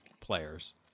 players